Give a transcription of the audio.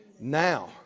Now